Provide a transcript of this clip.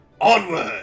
Onward